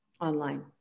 online